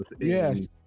Yes